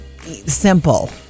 simple